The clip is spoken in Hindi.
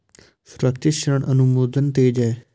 सुरक्षित ऋण अनुमोदन तेज है